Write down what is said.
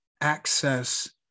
access